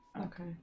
Okay